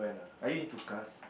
are you into cars